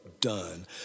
done